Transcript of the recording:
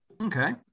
Okay